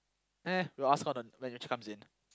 !eh! we'll ask her when she comes in